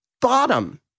Bottom